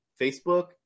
Facebook